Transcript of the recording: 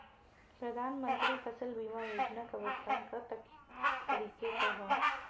प्रधानमंत्री फसल बीमा योजना क भुगतान क तरीकाका ह?